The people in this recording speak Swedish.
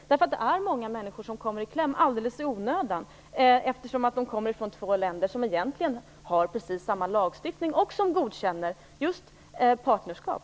Det är många människor som kommer i kläm alldeles i onödan för att de kommer från två länder som egentligen har precis samma lagstiftning, och som godkänner partnerskap.